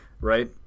right